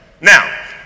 Now